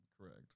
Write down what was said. Correct